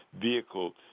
vehicle